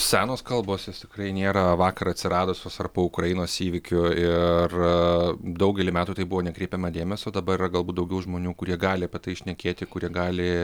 senos kalbos jos tikrai nėra vakar atsiradusios ar po ukrainos įvykių ir daugelį metų į tai buvo nekreipiama dėmesio dabar yra galbūt daugiau žmonių kurie gali apie tai šnekėti kurie gali